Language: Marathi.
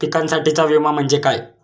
पिकांसाठीचा विमा म्हणजे काय?